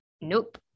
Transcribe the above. nope